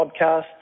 Podcast